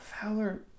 Fowler